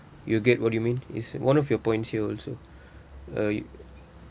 you get what do you mean is one of your points you also uh